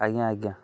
ଆଜ୍ଞା ଆଜ୍ଞା